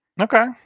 Okay